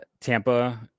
tampa